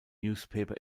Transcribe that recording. newspaper